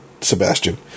Sebastian